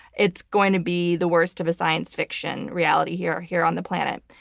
it's going to be the worst of a science fiction reality here here on the planet.